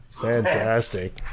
Fantastic